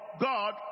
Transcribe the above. God